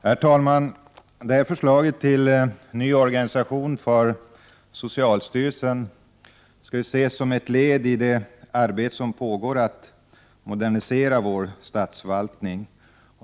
Herr talman! Förslaget till ny organisation för socialstyrelsen skall ses som ett led i det arbete som pågår att modernisera vår statsförvaltning.